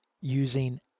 using